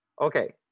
Okay